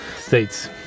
states